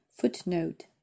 footnote